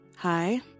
Hi